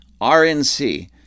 RNC